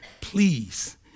Please